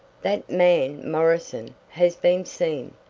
that man morrison has been seen,